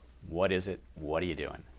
what is it, what are you doing?